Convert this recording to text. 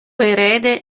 erede